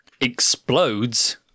explodes